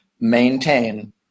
maintain